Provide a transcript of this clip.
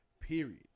period